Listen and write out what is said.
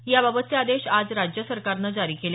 याबाबतचे आदेश आज राज्य सरकारनं जारी केले